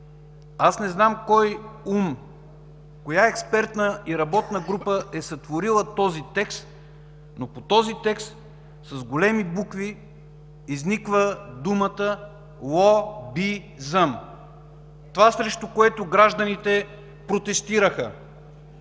Аз не знам кой ум, коя експертна и работна група е сътворила този текст, но по този текст с големи букви изниква думата „ло-би-зъм”. Това, срещу което гражданите протестираха,